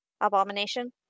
Abomination